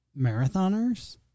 marathoners